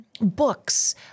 books